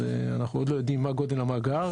אז אנחנו עוד לא יודעים מה גודל המאגר,